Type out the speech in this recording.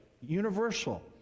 universal